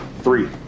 three